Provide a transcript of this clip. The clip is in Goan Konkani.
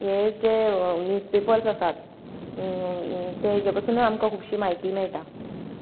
हे जे न्यूज पेपर्स आसात तेंच्याय पसून आमकां खुबशी म्हायती मेळटा